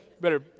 better